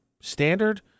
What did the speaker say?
standard